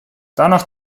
danach